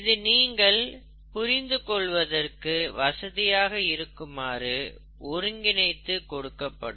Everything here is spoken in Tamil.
இது நீங்கள் புரிந்து கொள்வதற்கு வசதியாக இருக்குமாறு ஒருங்கிணைத்து கொடுக்கப்படும்